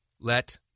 let